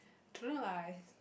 I don't lah I